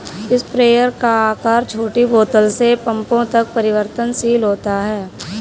sprayer का आकार छोटी बोतल से पंपों तक परिवर्तनशील होता है